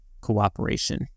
cooperation